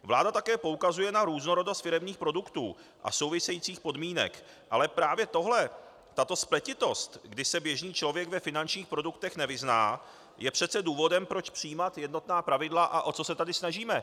Vláda také poukazuje na různorodost firemních produktů a souvisejících podmínek, ale právě tohle, tato spletitost, kdy se běžný člověk ve finančních produktech nevyzná, je přece důvodem, proč přijímat jednotná pravidla, a o to se tady snažíme.